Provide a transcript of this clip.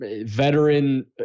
veteran